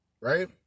right